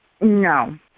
No